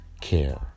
care